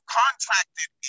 contracted